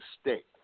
State